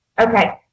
Okay